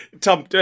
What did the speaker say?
Tom